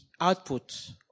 output